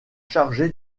chargé